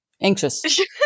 anxious